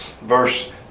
Verse